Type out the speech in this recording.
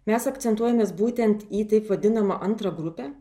mes akcentuojamės būtent į taip vadinamą antrą grupę